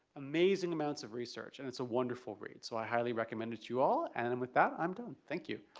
amazing amounts of research and it's a wonderful read, so i highly recommend it to you all and with that i'm done thank you.